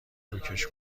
روکش